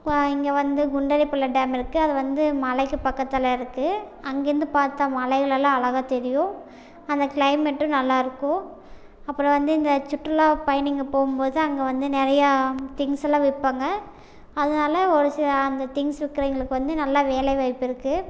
கோ இங்கே வந்து குண்டேரிப்பள்ளம் டேம் இருக்குது அது வந்து மலைக்கு பக்கத்தில் இருக்குது அங்கேருந்து பார்த்தா மலைகள் எல்லாம் அழகாக தெரியும் அந்த க்ளைமேட்டும் நல்லா இருக்கும் அப்புறம் வந்து இந்த சுற்றுலா பயணிங்கள் போகும்போது அங்கே வந்து நிறையா திங்ஸ் எல்லாம் விற்பாங்க அதனால் ஒரு சில அந்த திங்ஸ் விற்கிறவிங்களுக்கு வந்து நல்லா வேலைவாய்ப்பு இருக்குது